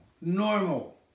normal